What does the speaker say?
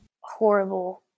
horrible